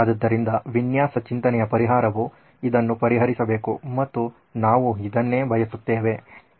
ಆದ್ದರಿಂದ ವಿನ್ಯಾಸ ಚಿಂತನೆಯ ಪರಿಹಾರವು ಇದನ್ನು ಪರಿಹರಿಸಬೇಕು ಮತ್ತು ನಾವು ಇದನ್ನೇ ಬಯಸುತ್ತೇವೆ